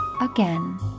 again